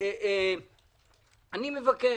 אני מבקש,